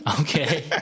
Okay